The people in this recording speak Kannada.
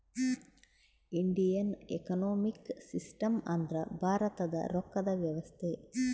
ಇಂಡಿಯನ್ ಎಕನೊಮಿಕ್ ಸಿಸ್ಟಮ್ ಅಂದ್ರ ಭಾರತದ ರೊಕ್ಕದ ವ್ಯವಸ್ತೆ